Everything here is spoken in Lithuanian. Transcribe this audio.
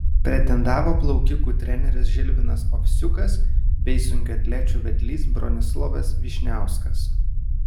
pretendavo plaukikų treneris žilvinas ovsiukas bei sunkiaatlečių vedlys bronislovas vyšniauskas